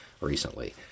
recently